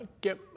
get